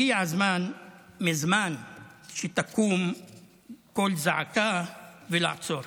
הגיע הזמן מזמן שיקום קול זעקה לעצור.